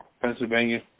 Pennsylvania